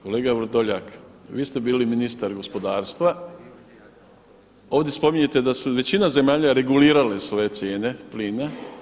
Kolega Vrdoljak, vi ste bili ministar gospodarstva, ovdje spominjete da su većina zemalja regulirale svoje cijene plina.